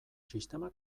sistema